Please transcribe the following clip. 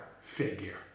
figure